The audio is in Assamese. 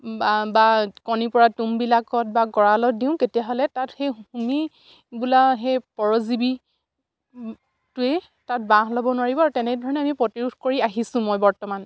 বা বা কণী পৰা তুঁহবিলাকত বা গঁৰালত দিওঁ তেতিয়াহ'লে তাত সেই বোলা সেই পৰজীৱীটোৱেই তাত বাঁহ ল'ব নোৱাৰিব আৰু তেনেধৰণে আমি প্ৰতিৰোধ কৰি আহিছোঁ মই বৰ্তমান